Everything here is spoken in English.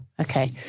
okay